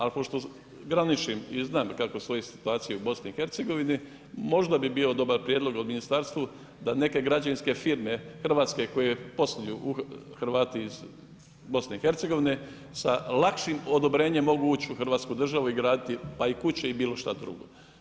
Ali pošto graničim i znam kako stoji situacija u BIH, možda bi bio dobar prijedlog od ministarstva da neke građevinske firme Hrvatske koje posluju u, Hrvati iz BIH sa lakšim odobrenjem mogu ući u Hrvatsku državu i graditi pa i kuće i bilo šta drugo.